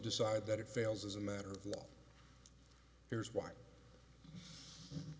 decide that it fails as a matter of law here's why